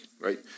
right